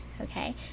Okay